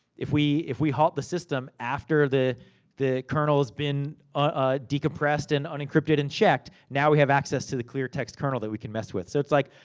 if we if we halt the system after the the kernel's been ah decompressed and unencrypted and checked, now we have access to the clear-text kernel that we can mess with. so, it's like,